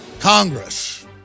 Congress